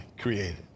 created